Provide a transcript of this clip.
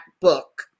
book